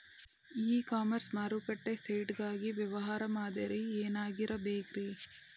E commerce ಮಾರುಕಟ್ಟೆ ಸೈಟ್ ಗಾಗಿ ವ್ಯವಹಾರ ಮಾದರಿ ಏನಾಗಿರಬೇಕ್ರಿ?